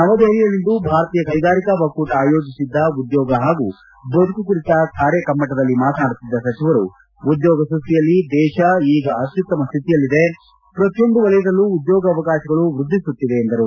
ನವದೆಹಲಿಯಲ್ಲಿಂದು ಭಾರತೀಯ ಕೈಗಾರಿಕಾ ಒಕ್ಕೂಟ ಆಯೋಜಿಸಿದ್ದ ಉದ್ಯೋಗ ಹಾಗೂ ಬದುಕು ಕುರಿತ ಕಾರ್ಯಕಮ್ನಟದಲ್ಲಿ ಮಾತನಾಡುತ್ತಿದ್ದ ಸಚಿವರು ಉದ್ಯೋಗಸೃಷ್ಷಿಯಲ್ಲಿ ದೇಶ ಈಗ ಅತ್ಯುತ್ತಮ ಸ್ಥಿತಿಯಲ್ಲಿದೆ ಪ್ರತಿಯೊಂದು ವಲಯದಲ್ಲೂ ಉದ್ಲೋಗಾವಕಾಶಗಳು ವ್ವದಿಸುತ್ತಿದೆ ಎಂದರು